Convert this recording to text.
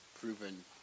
proven